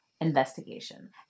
investigation